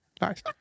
Nice